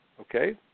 okay